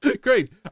Great